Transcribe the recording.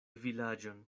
vilaĝon